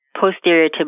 posterior